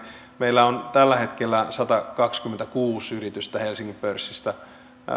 meillä on tällä hetkellä satakaksikymmentäkuusi yritystä helsingin pörssissä